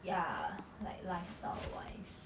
ya like lifestyle wise